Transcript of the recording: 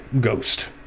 ghost